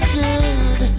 good